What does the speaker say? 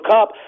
Cup